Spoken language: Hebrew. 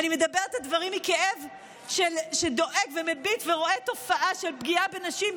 אני אומרת את הדברים מכאב שדואג ומביט ורואה תופעה של פגיעה בנשים,